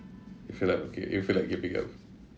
you feel like okay you feel like you're being a